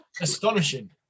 astonishing